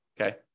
okay